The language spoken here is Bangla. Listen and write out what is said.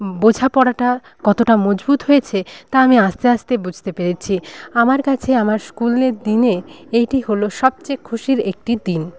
বোঝাপড়াটা কতটা মজবুত হয়েছে তা আমি আস্তে আস্তে বুঝতে পেরেছি আমার কাছে আমার স্কুলের দিনে এইটি হলো সবচেয়ে খুশির একটি দিন